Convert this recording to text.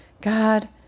God